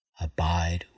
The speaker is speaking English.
Abide